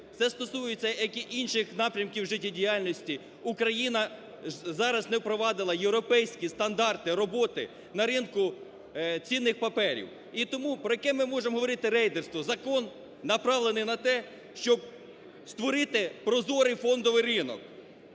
це стосується як і інших напрямків життєдіяльності, Україна зараз не впровадила європейські стандарти роботи на ринку цінних паперів. І тому, про яке ми можемо говорити рейдерство? Закон направлений на те, щоб створити прозорий фондовий ринок,